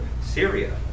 Syria